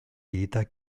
vidita